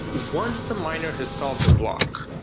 once the miner has solved a block,